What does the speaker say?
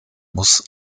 muss